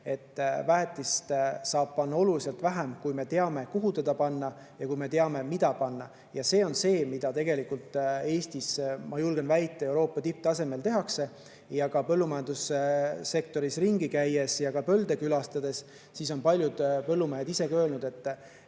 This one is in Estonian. et väetist saab panna oluliselt vähem, kui me teame, kuhu seda panna, ja kui me teame, mida panna. See on see, mida tegelikult Eestis, ma julgen väita, Euroopa tipptasemel tehakse. Põllumajandussektori [ettevõtetes] ringi käies ja põlde [vaadates] on paljud põllumehed mulle öelnud, et